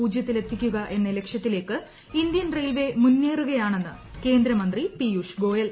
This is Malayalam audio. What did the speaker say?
പൂജ്യത്തിലേക്കെത്തിക്കുക എന്ന ലക്ഷ്യത്തിലേക്ക് ഇന്ത്യൻ റെയിൽവേ മുന്നേറുകയാണെന്ന് കേന്ദ്രമന്ത്രി പിയൂഷ് ഗോയൽ